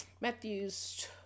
Matthew's